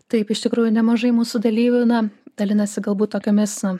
taip iš tikrųjų nemažai mūsų dalyvių na dalinasi galbūt tokiomis na